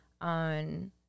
On